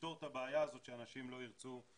נפתור את הבעיה הזו שאנשים לא ירצו את הבנות הבודדות.